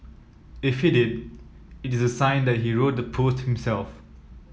if he did it is sign that he wrote the post himself